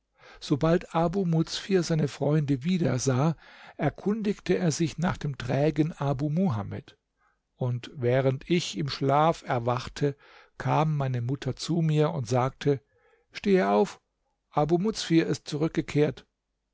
sobald abu muzfir seine freunde wieder sah erkundigte er sich nach dem trägen abu muhamed und während ich im schlaf erwachte kam meine mutter zu mir und sagte stehe auf abu muzfir ist zurückgekehrt